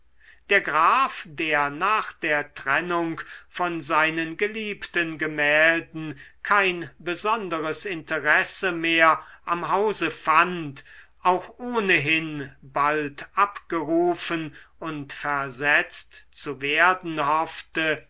der graf der nach der trennung von seinen geliebten gemälden kein besonderes interesse mehr am hause fand auch ohnehin bald abgerufen und versetzt zu werden hoffte